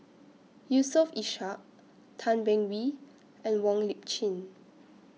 Yusof Ishak Tan Beng Swee and Wong Lip Chin